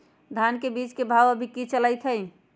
धान के बीज के भाव अभी की चलतई हई?